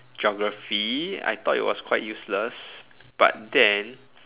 geography I thought it was quite useless but then